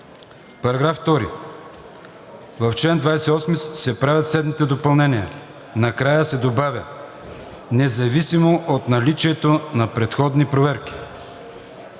§ 1. „§ 2. В чл. 28 се правят следните допълнения – накрая се добавя „независимо от наличието на предходни проверки“.“